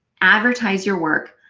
advertise your work,